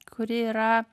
kuri yra